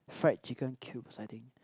fried chicken cubes I think